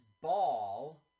ball